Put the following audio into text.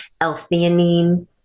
l-theanine